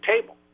table